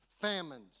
Famines